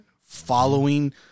following